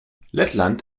lettland